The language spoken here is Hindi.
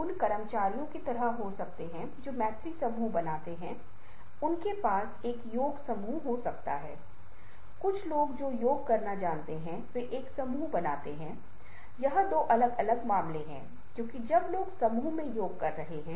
इनमें से प्रत्येक मामले में टाइपोग्राफी की छवि गुणवत्ता संवाद करने का प्रबंधन करती है विभिन्न अर्थ बताती है ठीक है कुछ विज्ञान से जुड़े हैं कुछ प्राचीनता के इतिहास से जुड़े हैं कुछ अलग अलग चीजों से जुड़े हैं